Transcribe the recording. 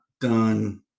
done